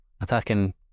attacking